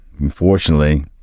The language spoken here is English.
Unfortunately